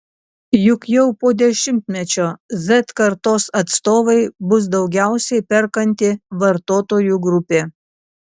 juk jau po dešimtmečio z kartos atstovai bus daugiausiai perkanti vartotojų grupė